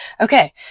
Okay